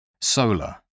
solar